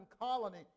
colony